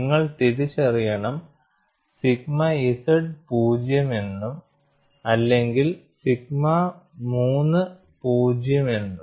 നിങ്ങൾ തിരിച്ചറിയണം sigma z പൂജ്യം എന്നും അല്ലെങ്കിൽ സിഗ്മ 3 പൂജ്യം എന്നും